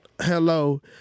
Hello